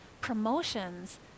promotions